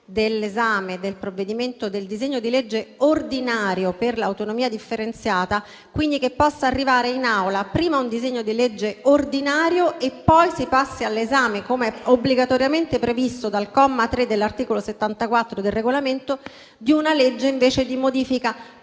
alla fine dell'esame del disegno di legge ordinario per l'autonomia differenziata, vorremmo evitare che possa arrivare in Aula prima un disegno di legge ordinario e che poi si passi all'esame, come obbligatoriamente previsto dal comma 3 dell'articolo 74 del Regolamento, di una legge invece di modifica